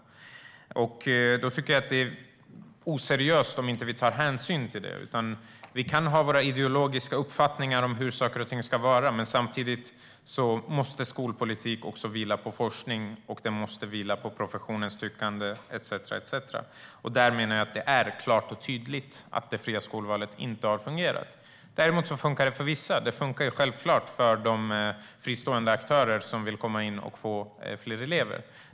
Det är oseriöst att inte ta hänsyn till det. Vi kan ha våra ideologiska uppfattningar om hur saker och ting ska vara, men samtidigt måste skolpolitik vila på forskning, professionens tyckande etcetera. Då blir det klart och tydligt att det fria skolvalet inte har fungerat. Visst funkar det för vissa. Det funkar självklart för de fristående aktörer som vill komma in och få fler elever.